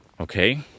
Okay